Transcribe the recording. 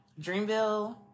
Dreamville